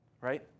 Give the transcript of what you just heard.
Right